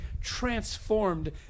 transformed